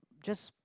just